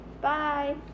Bye